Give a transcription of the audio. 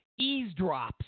eavesdrops